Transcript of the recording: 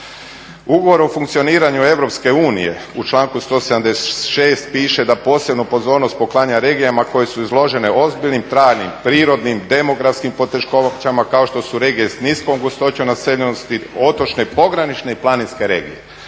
Ugovor o funkcioniranju EU u članku 176.piše da "posebnu pozornost poklanja regijama koje su izložene ozbiljnim, trajnim, prirodnim, demografskim poteškoćama kao što su regije s niskom gustoćom naseljenosti, otočne, pogranične i planinske regije".